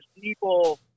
people